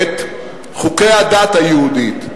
את חוקי הדת היהודית.